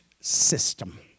system